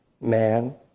man